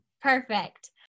Perfect